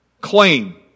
claim